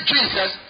Jesus